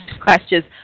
questions